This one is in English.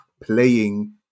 playing